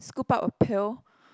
scoop up a pail